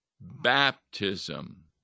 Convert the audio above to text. baptism